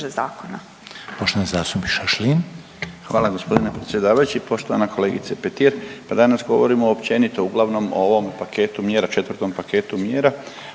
zakona.